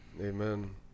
Amen